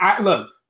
look